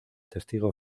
testigo